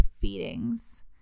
feedings